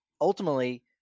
ultimately